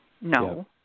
No